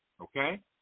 Okay